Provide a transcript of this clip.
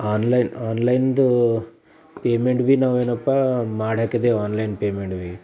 on line ಆನ್ ಲೈನ್ದು payment ಭೀ ನಾವೇನಪ್ಪ ಮಾಡಿಹಾಕ್ಕಿದ್ದೆವು ಆನ್ ಲೈನ್ ಪೇಮೆಂಟ್ ಭೀ